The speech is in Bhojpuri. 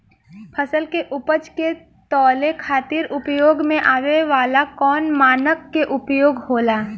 फसल के उपज के तौले खातिर उपयोग में आवे वाला कौन मानक के उपयोग होला?